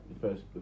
first